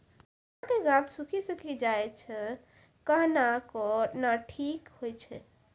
चना के गाछ सुखी सुखी जाए छै कहना को ना ठीक हो छै?